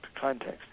context